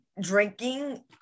drinking